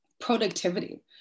Productivity